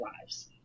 lives